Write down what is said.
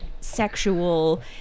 sexual